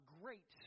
great